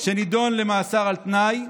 שנידון למאסר על תנאי,